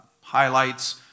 highlights